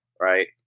Right